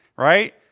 right?